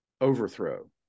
overthrow